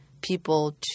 people